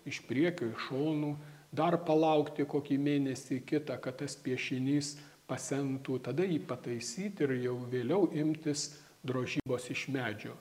iš priekio iš šonų dar palaukti kokį mėnesį kitą kad tas piešinys pasentų tada jį pataisyt ir jau vėliau imtis drožybos iš medžio